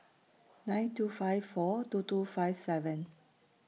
nine two five four two two five seven